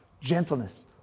gentleness